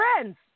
Friends